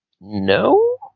No